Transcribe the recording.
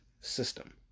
System